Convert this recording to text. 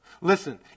Listen